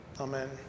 Amen